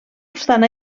obstant